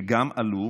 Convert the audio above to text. שגם הן עלו